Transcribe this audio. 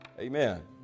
Amen